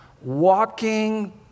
walking